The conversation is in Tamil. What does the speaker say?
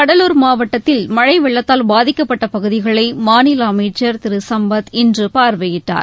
கடலூர் மாவட்டத்தில் மழை வெள்ளத்தால் பாதிக்கப்பட்ட பகுதிகளை மாநில அமைச்சர் திரு சும்பத் இன்று பார்வையிட்டார்